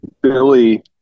billy